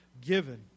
given